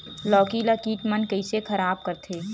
लौकी ला कीट मन कइसे खराब करथे?